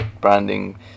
branding